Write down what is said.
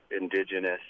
indigenous